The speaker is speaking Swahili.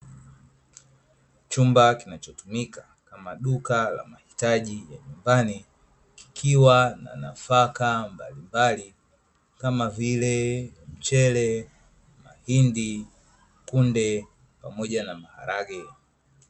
Chumba kinachotumika kama duka la mahitaji ya nyumbani, kikiwa na nafaka mbalimbali, kama vile: mchele, mahindi, kunde pamoja na maharage.